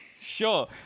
Sure